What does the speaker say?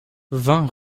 vingt